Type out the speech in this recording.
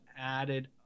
added